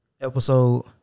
episode